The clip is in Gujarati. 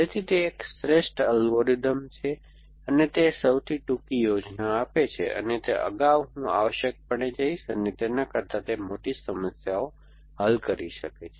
તેથી તે એક શ્રેષ્ઠ અલ્ગોરિધમ છે અને તે સૌથી ટૂંકી યોજનાને આપે છે અને તે અગાઉ હું આવશ્યકપણે જઈશ તેના કરતાં તે મોટી સમસ્યાઓ હલ કરી શકે છે